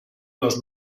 los